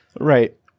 Right